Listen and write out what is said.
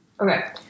Okay